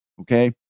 Okay